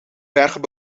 bergen